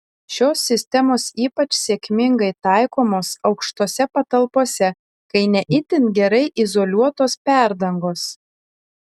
šios sistemos ypač sėkmingai taikomos aukštose patalpose kai ne itin gerai izoliuotos perdangos